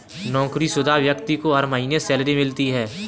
नौकरीशुदा व्यक्ति को हर महीने सैलरी मिलती है